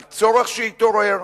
על צורך שהתעורר.